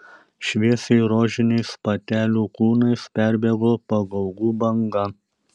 šviesiai rožiniais patelių kūnais perbėgo pagaugų banga